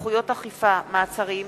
(סמכויות אכיפה, מעצרים)